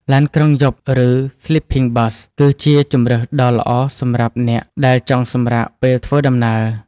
ឡានក្រុងយប់ ឬ Sleeping Bus គឺជាជម្រើសដ៏ល្អសម្រាប់អ្នកដែលចង់សម្រាកពេលធ្វើដំណើរ។